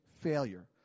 failure